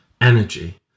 energy